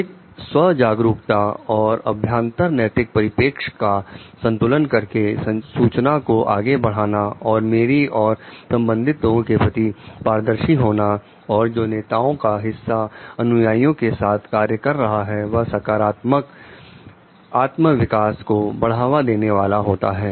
अधिक स्व जागरूकता और अभ्यांतर नैतिक परिपेक्ष का संतुलन करके सूचना को आगे बढ़ाना और मेरी और संबंधित लोगों के प्रति पारदर्शी होना और जो नेताओं का हिस्सा अनुयायियों के साथ कार्य कर रहा है वह सकारात्मक आत्मा विकास को बढ़ावा देने वाला होता है